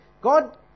God